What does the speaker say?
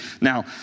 Now